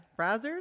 Browsers